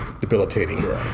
debilitating